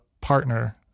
partner